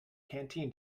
canteen